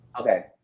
Okay